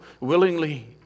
willingly